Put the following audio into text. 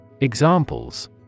Examples